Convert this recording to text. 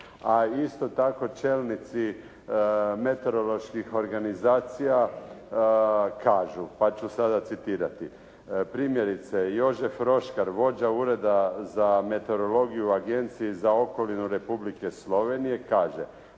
a isto tako čelnici meteoroloških organizacija kažu, pa ću sada citirati, primjerice Jožef Roškar, vođa Ureda za meteorolgiju u Agenciji za okolinu Republike Slovenije kaže: